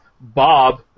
Bob